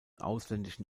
ausländischen